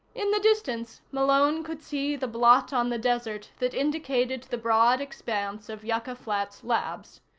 in the distance, malone could see the blot on the desert that indicated the broad expanse of yucca flats labs.